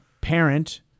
parent